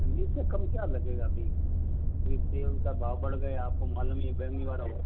अब इससे कम क्या लगेगा अभी अभी तेल का भाव बढ़ गया आपको मालूम ही है बेंगलौर